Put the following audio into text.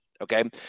Okay